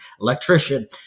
electrician